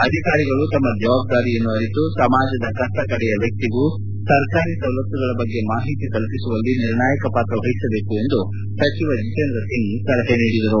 ಅಧಿಕಾರಿಗಳು ತಮ್ಮ ಜವಾಬ್ದಾರಿಯನ್ನು ಅರಿತು ಸಮಾಜದ ಕಟ್ಟಕಡೆಯ ವ್ಯಕ್ತಿಗೂ ಸರ್ಕಾರಿ ಸವಲತ್ತುಗಳ ಬಗ್ಗೆ ಮಾಹಿತಿ ತಲುಪಿಸುವಲ್ಲಿ ನಿರ್ಣಾಯಕ ಪಾತ್ರ ವಹಿಸಬೇಕು ಎಂದು ಸಚಿವ ಜಿತೇಂದ್ರ ಸಿಂಗ್ ಸಲಹೆ ನೀಡಿದರು